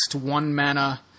one-mana